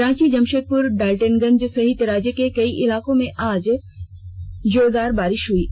रांची जमशेदपुर डाल्टनगंज सहित राज्य के कई इलाकों में आज दौरान जोरदार बारिश हुई है